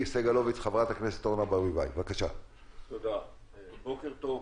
בוקר טוב,